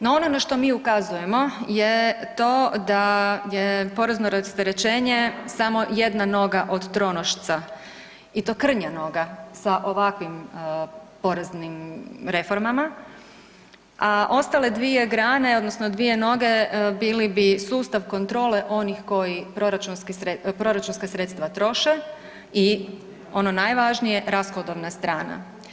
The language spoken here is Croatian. No ono na što mi ukazujemo je to da je porezno rasterećenje samo jedna noga od tronošca i to krnja noga sa ovakvim poreznim reformama, a ostale dvije grane odnosno dvije noge bili bi sustav kontrole onih koji proračunska sredstva troše i ono najvažnije rashodovna strana.